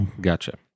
Gotcha